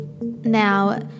Now